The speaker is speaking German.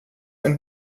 ein